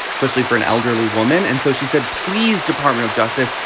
especially for an elderly woman. and so she said, please, department of justice,